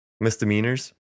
misdemeanors